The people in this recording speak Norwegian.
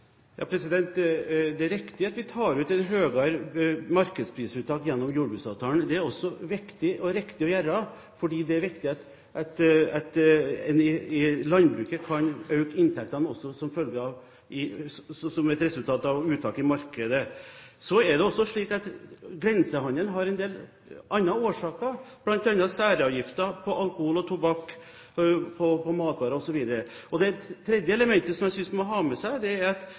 Det er riktig at vi har høyere markedsprisuttak gjennom jordbruksavtalen. Det er også viktig og riktig å gjøre det, fordi det er viktig at en i landbruket kan øke inntektene også som et resultat av et uttak i markedet. Det er også slik at grensehandel har en del andre årsaker, bl.a. særavgifter på alkohol, tobakk og på matvarer osv. Det tredje elementet som jeg synes en må ha med seg, er understreket av SIFO, som har dokumentert at